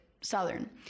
Southern